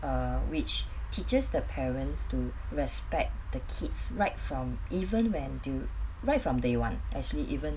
err which teaches the parents to respect the kids right from even when do right from day one actually even